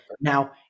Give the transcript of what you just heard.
Now